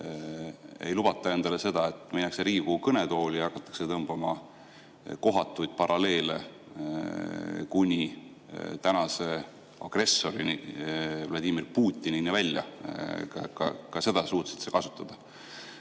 ei lubata endale seda, et minnakse Riigikogu kõnetooli ja hakatakse tõmbama kohatuid paralleele kuni tänase agressori Vladimir Putinini välja. Ka seda suutsid sa